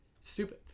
Stupid